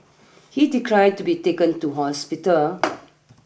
he declined to be taken to hospital